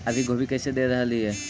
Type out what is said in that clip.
अभी गोभी कैसे दे रहलई हे?